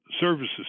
services